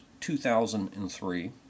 2003